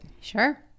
Sure